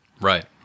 Right